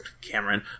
Cameron